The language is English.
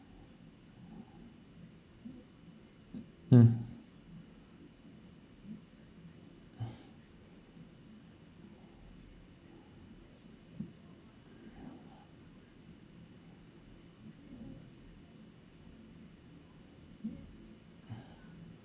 mm